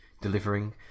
delivering